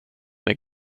med